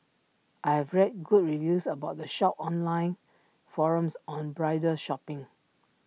I have read good reviews about the shop on online forums on bridal shopping